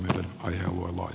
olkaa hyvä